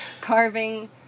Carving